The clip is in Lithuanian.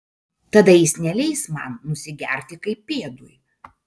tada jis neleis man nusigerti kaip pėdui